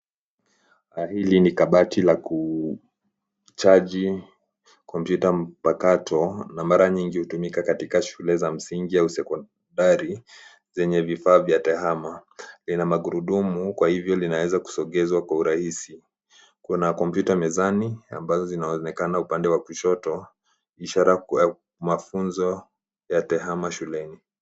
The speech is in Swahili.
Hili ni kabati la kuchaji kompyuta mpakato na mara nyingi hutumika katika shule za msingi au sekondari zenye vifaa vya tahama. Lina magurudumu kwa hivyo linaweza kusogezwa kwa urahisi. Kuna kompyuta mezani ambazo zinaonekana upande wa kushoto, ishara ya mafunzo ya tahama shuleni.